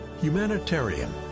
humanitarian